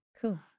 cool